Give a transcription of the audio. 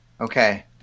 Okay